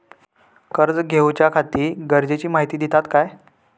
कर्ज घेऊच्याखाती गरजेची माहिती दितात काय?